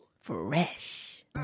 Fresh